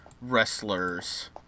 wrestlers